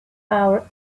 our